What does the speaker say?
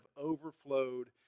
overflowed